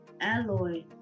alloy